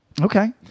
Okay